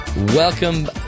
Welcome